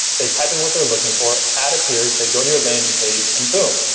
they type in what they're looking for, ad appears, they go to your landing page, and boom,